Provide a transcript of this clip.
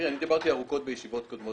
אני דיברתי ארוכות בישיבות קודמות